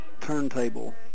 turntable